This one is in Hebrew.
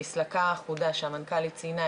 אז זה הסיבה שמן הסתם הדברים לא